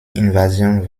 invasion